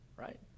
right